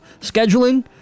scheduling